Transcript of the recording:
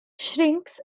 shrinks